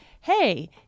hey